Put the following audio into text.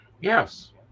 Yes